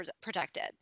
protected